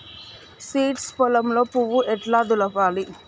Seeds పొలంలో పువ్వు ఎట్లా దులపాలి?